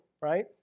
right